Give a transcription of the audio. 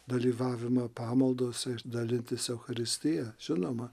dalyvavimą pamaldose ir dalintis eucharistija žinoma